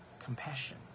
Compassion